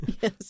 Yes